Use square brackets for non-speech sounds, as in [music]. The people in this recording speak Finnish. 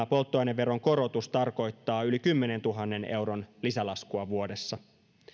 [unintelligible] polttoaineveron korotus tarkoittaa yli kymmenentuhannen euron lisälaskua vuodessa